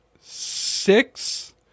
six